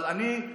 אבל אני,